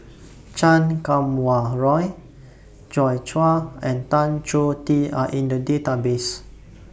Chan Kum Wah Roy Joi Chua and Tan Choh Tee Are in The Database